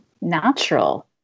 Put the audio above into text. natural